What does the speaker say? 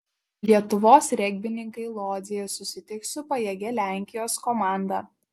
lietuvos regbininkai lodzėje susitiks su pajėgia lenkijos komanda